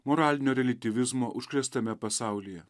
moralinio reliatyvizmo užkrėstame pasaulyje